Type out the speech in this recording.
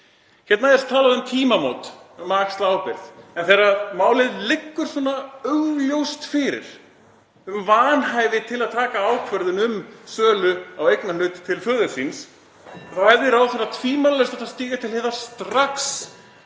Hérna er talað um tímamót, að axla ábyrgð, en þegar málið liggur svona augljóst fyrir um vanhæfi til að taka ákvörðun um sölu á eignarhlut til föður síns þá hefði ráðherra tvímælalaust átt að stíga til hliðar strax